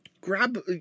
grab